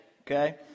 Okay